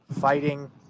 fighting